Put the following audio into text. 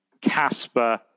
Casper